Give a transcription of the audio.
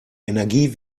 energie